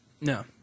No